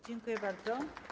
Dziękuję bardzo.